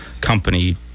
company